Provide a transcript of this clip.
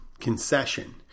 concession